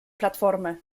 platformę